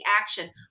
action